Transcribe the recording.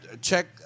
Check